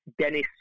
Dennis